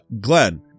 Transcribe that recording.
Glenn